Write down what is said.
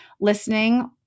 listening